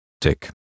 tick